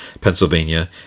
Pennsylvania